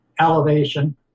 elevation